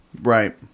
Right